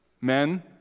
Men